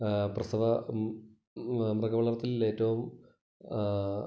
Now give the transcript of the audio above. പ്രസവ മൃഗ വളർത്തലിൽ ഏറ്റവും